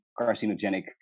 carcinogenic